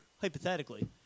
hypothetically